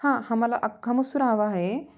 हा आम्हाला अख्खा मसूर हवा आहे